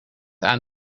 aan